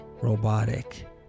robotic